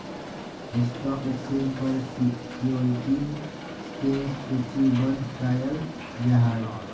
stock exchange पर securities के सूचीबद्ध कयल जाहइ